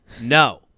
No